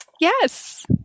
Yes